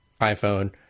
iPhone